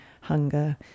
hunger